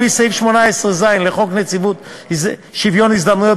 לפי סעיף 18ז לחוק שוויון הזדמנויות,